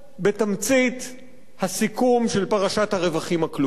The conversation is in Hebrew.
בתמצית הסיכום של פרשת הרווחים הכלואים,